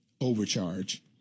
overcharge